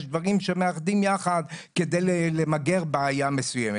יש דברים שמאחדים יחד כדי למגר בעיה מסוימת.